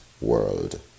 world